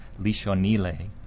Lishonile